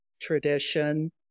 tradition